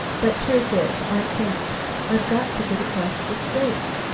but truth is i can't i've got to get across the straits.